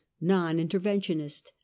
non-interventionist